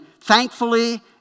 thankfully